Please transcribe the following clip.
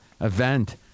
event